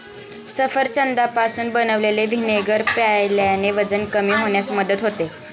सफरचंदापासून बनवलेले व्हिनेगर प्यायल्याने वजन कमी होण्यास मदत होते